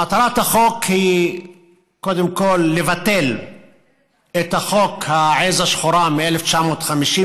מטרת החוק היא קודם כול לבטל את חוק העז השחורה מ-1950,